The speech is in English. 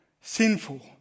Sinful